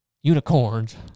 Unicorns